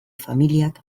familiak